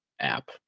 app